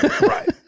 Right